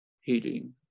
heating